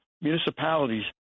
municipalities